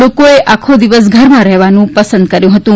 લોકોએ આખો દિવસ ઘરમાં રહેવાનું પસંદ કર્યુ હતુ